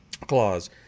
clause